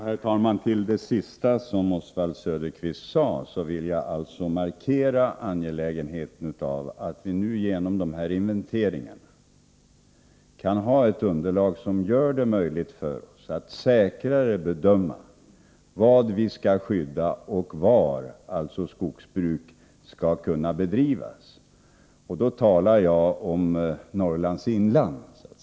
Herr talman! Med anledning av det sista som Oswald Söderqvist sade vill jag markera angelägenheten av att vi nu genom dessa inventeringar kan få ett underlag som gör det möjligt för oss att säkrare bedöma vad vi skall skydda och var skogsbruk skall kunna bedrivas. Då talar jag om Norrlands inland.